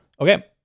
okay